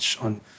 on